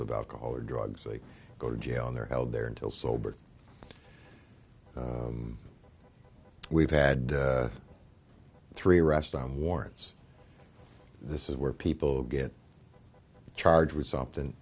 of alcohol or drugs they go to jail and they're held there until sober we've had three arrest on warrants this is where people get charge was something